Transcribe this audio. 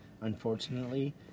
Unfortunately